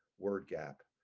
we're gap